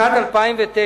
בשנת 2009,